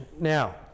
now